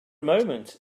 moment